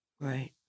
Right